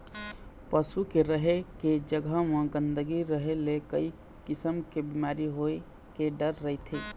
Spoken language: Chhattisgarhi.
पशु के रहें के जघा म गंदगी रहे ले कइ किसम के बिमारी होए के डर रहिथे